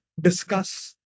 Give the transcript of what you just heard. discuss